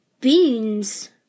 beans